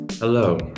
Hello